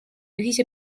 ühise